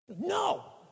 no